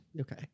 Okay